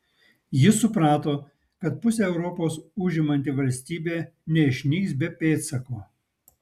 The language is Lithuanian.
jis suprato kad pusę europos užimanti valstybė neišnyks be pėdsako